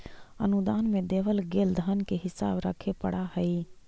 अनुदान में देवल गेल धन के हिसाब रखे पड़ा हई